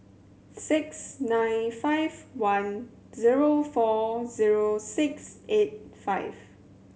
six nine five one zero four zero six eight five